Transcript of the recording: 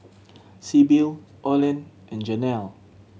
Sibyl Olen and Janel